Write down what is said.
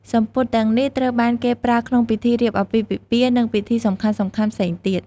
សំពត់ទាំងនេះត្រូវបានគេប្រើក្នុងពិធីរៀបអាពាហ៍ពិពាហ៍ និង ពិធីសំខាន់ៗផ្សេងទៀត។